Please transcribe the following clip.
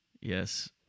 Yes